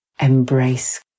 embrace